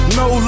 no